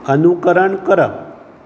अनुकरण करप